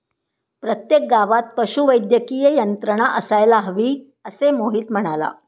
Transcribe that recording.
प्रत्येक गावात पशुवैद्यकीय यंत्रणा असायला हवी, असे मोहित म्हणाला